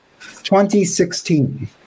2016